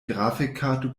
grafikkarte